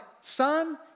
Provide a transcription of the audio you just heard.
son